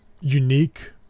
unique